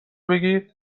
بگید